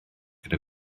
gyda